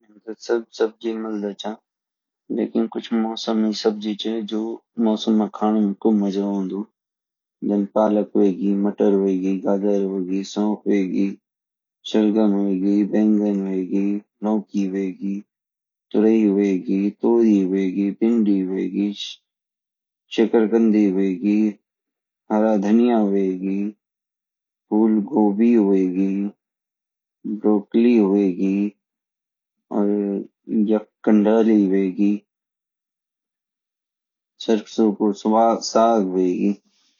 यन तो सब सब्ज़ी मिलदा छा लेकिन कुछ मौसमी सब्जी छे जो मौसम में खाने को मज़ा औंदु जन पालक होएगी मटर होएगी गाज़र होएगी शलगम होएगी बैंगन होएगी लोकी होएगी तुरई होएगी तोरी होएगी भिंडी होएगी शकरकंदी होएगी हरा धनिया होएगी फूल गोभी होएगी ब्रॉकली होएगी और या कंडाली होएगी सरसो का साग होएगी